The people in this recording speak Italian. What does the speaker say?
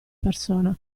persona